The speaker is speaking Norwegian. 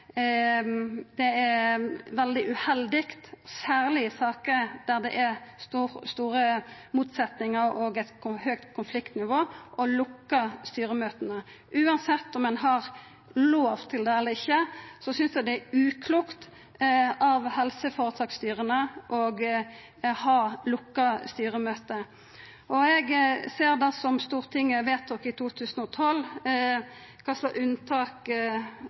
veldig uheldig, særleg i saker der det er store motsetningar og eit høgt konfliktnivå, å lukka styremøta. Uansett om ein har lov til det eller ikkje, synest eg det er uklokt av helseføretaksstyra å ha lukka styremøte. Eg ser av det som Stortinget vedtok i 2012, i kva slags